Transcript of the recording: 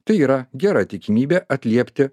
tai yra gera tikimybė atliepti